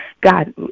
God